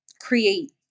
create